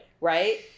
Right